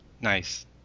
Nice